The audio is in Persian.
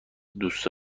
دوست